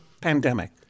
pandemic